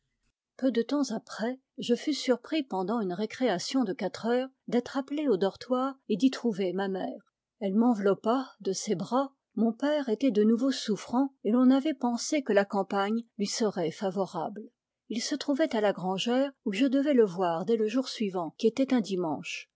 peu de temps après je fus surpris pendant une récréation de quatre heures d'être appelé au parloir et d'y trouver ma mère elle m'enveloppa de ses bras mon père était de nouveau souffrant et l'on avait pensé que la campagne lui serait favorable il se trouvait à la grangère où je devais le voir dès le jour suivant qui était un dimanche